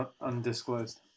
undisclosed